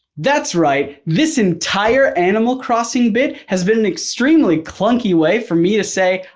that's right, this entire animal crossing bit has been an extremely clunky way for me to say,